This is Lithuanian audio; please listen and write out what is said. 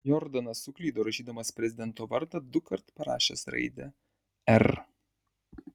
jordanas suklydo rašydamas prezidento vardą dukart parašęs raidę r